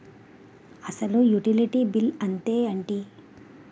అసలు utility bill అంతే ఎంటి?